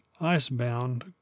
ice-bound